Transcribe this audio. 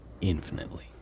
infinitely